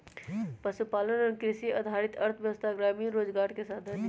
पशुपालन और कृषि आधारित अर्थव्यवस्था ग्रामीण रोजगार के साधन हई